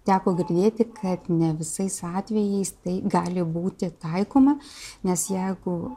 teko girdėti kad ne visais atvejais tai gali būti taikoma nes jeigu